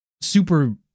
super